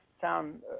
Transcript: sound